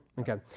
Okay